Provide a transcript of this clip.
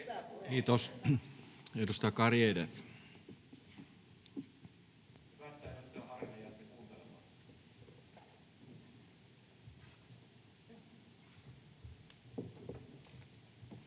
Kiitos. — Edustaja Garedew.